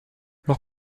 leur